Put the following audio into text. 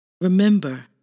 Remember